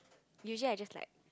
usually I just like